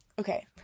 Okay